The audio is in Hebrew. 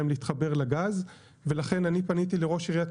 להתחבר לגז ולכן אני פניתי לראש עיריית.